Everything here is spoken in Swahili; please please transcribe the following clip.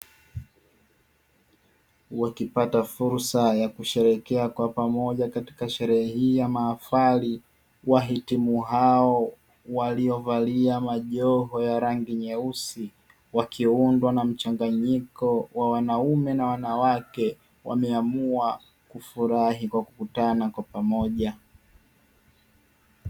Wakipata fursa ya kusherehekea kwa pamoja katika sherehe hii ya mahafali wahitimu hao waliyovalia majoho ya rangi nyeusi wakiundwa na mchanganyiko wa wanaume na wanawake wameamua kufurahi kwa kukutana kwa pamoja.